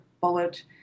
bullet